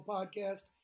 Podcast